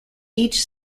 each